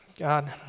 God